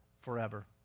forever